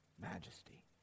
majesty